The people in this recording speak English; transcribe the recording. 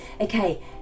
okay